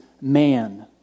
man